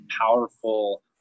powerful